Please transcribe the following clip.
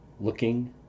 looking